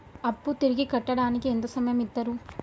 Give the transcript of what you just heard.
అప్పు తిరిగి కట్టడానికి ఎంత సమయం ఇత్తరు?